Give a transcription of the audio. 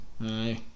Aye